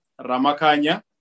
Ramakanya